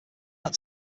that